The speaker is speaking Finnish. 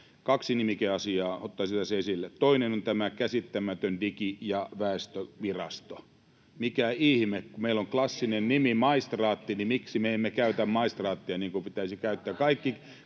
Kaksi nimikeasiaa ottaisin tässä esille: Toinen on tämä käsittämätön Digi- ja väestövirasto. Miksi ihmeessä, kun meillä on klassinen nimi, maistraatti, me emme käytä maistraattia, niin kuin pitäisi käyttää?